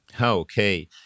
Okay